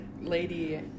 lady